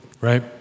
right